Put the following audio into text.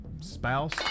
spouse